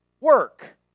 work